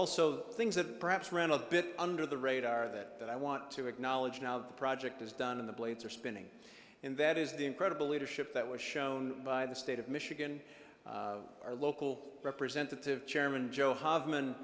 also things that perhaps run of bit under the radar that i want to acknowledge now the project is done in the blades are spinning and that is the incredible leadership that was shown by the state of michigan our local representative chairman joe